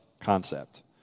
concept